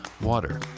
water